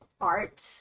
art